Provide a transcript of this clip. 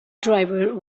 driver